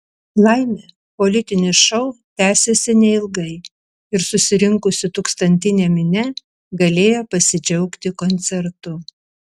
laimė politinis šou tęsėsi neilgai ir susirinkusi tūkstantinė minia galėjo pasidžiaugti koncertu